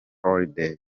hallday